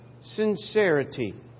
sincerity